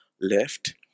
left